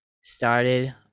started